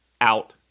out